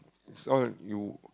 it's all you